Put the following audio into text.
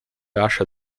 acha